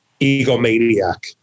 egomaniac